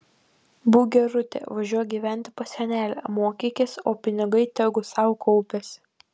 būk gerutė važiuok gyventi pas senelę mokykis o pinigai tegu sau kaupiasi